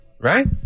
right